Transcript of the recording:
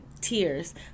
tears